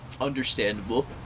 Understandable